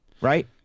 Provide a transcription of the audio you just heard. Right